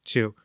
Two